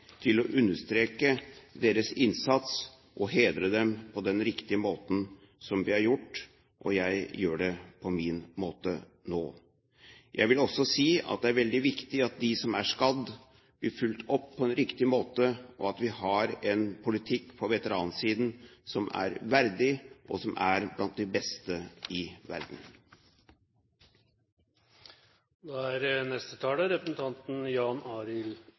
å understreke deres innsats og hedre dem på den riktige måten, som vi har gjort, og jeg gjør det på min måte nå. Jeg vil også si at det er veldig viktig at de som er skadd, blir fulgt opp på en riktig måte, og at vi har en politikk på veteransiden som er verdig, og som er blant de beste i